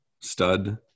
stud